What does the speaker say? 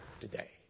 today